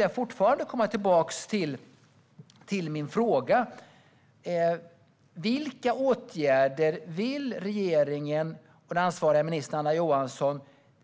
Jag vill komma tillbaka till min fråga: Vilka åtgärder vill regeringen och den ansvariga ministern Anna Johansson